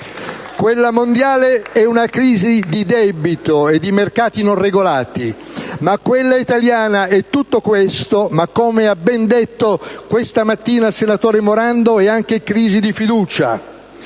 Quella mondiale è una crisi di debito e di mercati non regolati, ma quella italiana è tutto questo ma, come ha ben detto questa mattina il senatore Morando, è anche crisi di fiducia,